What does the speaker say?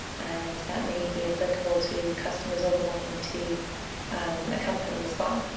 and that may be applicable to customers or belonging to a company as well.